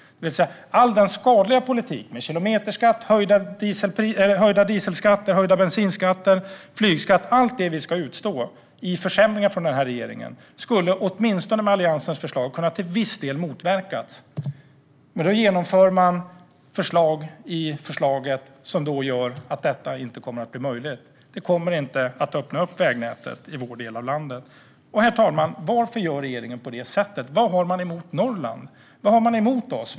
All regeringens skadliga politik, med kilometerskatt, höjda dieselskatter, höjda bensinskatter och flygskatt, allt det vi ska utstå i försämringar från den här regeringen, skulle med Alliansens förslag åtminstone till viss del kunnat motverkats. Men då genomför man förslag som gör att detta inte kommer att bli möjligt. Man kommer inte att öppna vägnätet i vår del av landet. Herr talman! Varför gör regeringen på det här sättet? Vad har man emot Norrland? Vad har man emot oss?